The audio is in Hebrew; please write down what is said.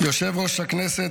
יושב-ראש הישיבה,